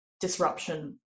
disruption